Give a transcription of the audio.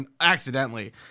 accidentally